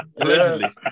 Allegedly